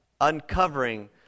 uncovering